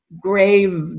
grave